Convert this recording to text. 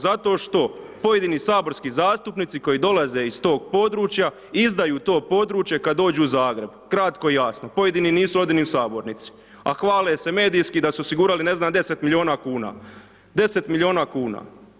Zato što pojedini saborski zastupnici, koji dolaze iz tog područja, izdaju to područje kada dođu u Zagreb, kratko i jasno, pojedini nisu ovdje ni u sabornici, a hvale se medijski da su osigurali, ne znam 10 milijuna kn, 10 milijuna kn.